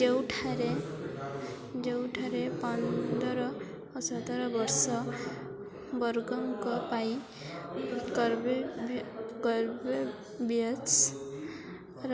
ଯେଉଁଠାରେ ଯେଉଁଠାରେ ପନ୍ଦର ଓ ସତର ବର୍ଷ ବର୍ଗଙ୍କ ପାଇଁ କର୍ବେଭ୍ୟ କର୍ବେଭାକ୍ସର